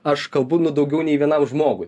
aš kalbu daugiau nei vienam žmogui